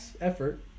Effort